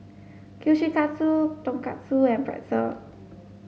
Kushikatsu Tonkatsu and Pretzel